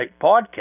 podcast